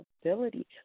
ability